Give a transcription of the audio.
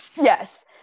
yes